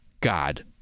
God